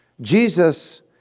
Jesus